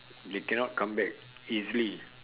they cannot come back easily